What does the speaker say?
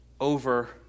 over